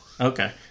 Okay